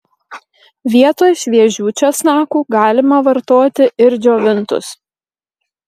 vietoj šviežių česnakų galima vartoti ir džiovintus